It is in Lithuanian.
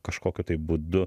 kažkokiu būdu